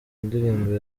ndirimbo